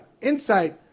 insight